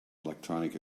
electronic